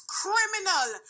criminal